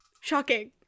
Shocking